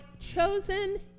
chosen